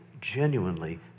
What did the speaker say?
genuinely